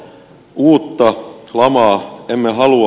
uutta lamaa emme halua